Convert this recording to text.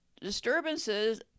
disturbances